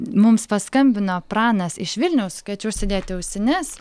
mums paskambino pranas iš vilniaus kviečiu užsidėti ausines